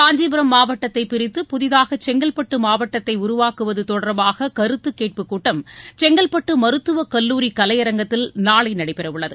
காஞ்சிபுரம் மாவட்டத்தை பிரித்து புதிதாக செங்கல்பட்டு மாவட்டத்தை உருவாக்குவது தொடர்பாக கருத்துக் கேட்பு கூட்டம் செங்கல்பட்டு மருத்துவக் கல்லூரி கலையரங்கத்தில் நாளை நடைபெறவுள்ளது